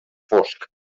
fosc